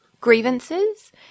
grievances